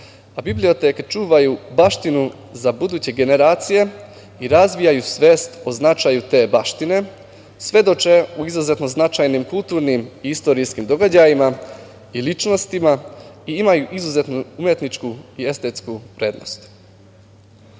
Biblioteke čuvaju baštinu za buduće generacije i razvijaju svest o značaju te baštine, svedoče o izuzetno značajnim, kulturnim, istorijskim događajima i ličnostima i imaju izuzetnu umetničku i estetsku